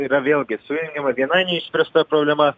yra vėlgi sujungiama viena neišspręsta problema